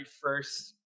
first